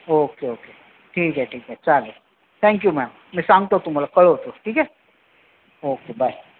okay okay ठीक आहे ठीक आहे चालेल थँक्यू मॅम मी सांगतो तुम्हाला कळवतो ठीक आहे ओके बाय